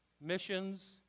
Missions